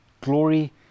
Glory